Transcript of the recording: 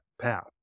path